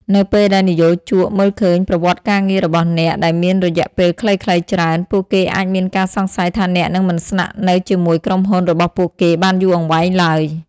នៅពេលដែលនិយោជកមើលឃើញប្រវត្តិការងាររបស់អ្នកដែលមានរយៈពេលខ្លីៗច្រើន ពួកគេអាចមានការសង្ស័យថាអ្នកនឹងមិនស្នាក់នៅជាមួយក្រុមហ៊ុនរបស់ពួកគេបានយូរអង្វែងឡើយ។